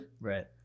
Right